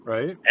Right